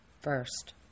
first